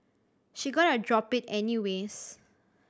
she gonna drop it any ways